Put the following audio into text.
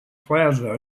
plaza